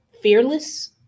fearless